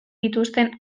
dituzten